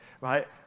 right